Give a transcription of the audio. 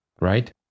Right